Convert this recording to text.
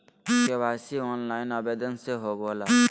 KYC online आवेदन से होवे ला?